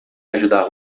ajudar